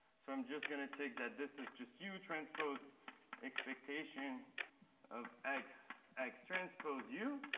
so i'm just going to take that this is just u transpose expectation of x x transpose u.